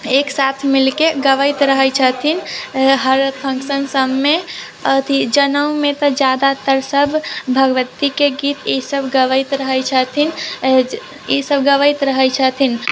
एक साथ मिलके गबैत रहै छथिन हर फंक्शन सब मे अथी जनउ मे तऽ जादातर सब भगवती के गीत ईसब गबैत रहै छथिन ईसब गबैत रहै छथिन